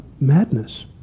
madness